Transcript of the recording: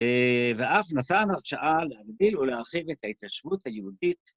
ואף נתן הרשאה להגדיל ולהרחיב את ההתיישבות היהודית.